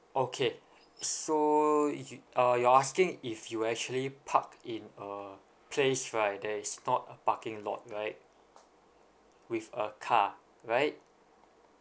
okay so you uh you're asking if you actually park in a place right that is not a parking lot right with a car right